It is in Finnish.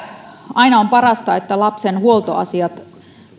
aina on parasta että lapsen huoltoasiat